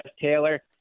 Taylor